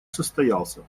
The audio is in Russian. состоялся